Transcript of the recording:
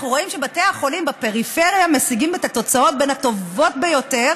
אנחנו רואים שבתי החולים בפריפריה משיגים תוצאות מהטובות ביותר